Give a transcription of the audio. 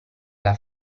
alla